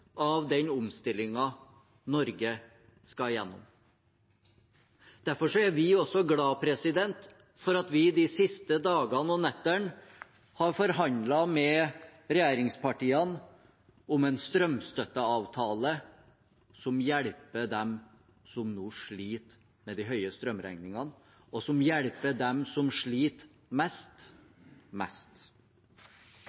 av den omstillingen Norge skal gjennom. Derfor er vi også glade for at vi de siste dagene og nettene har forhandlet med regjeringspartiene om en strømstøtteavtale som hjelper dem som nå sliter med de høye strømregningene, og som hjelper dem som sliter mest,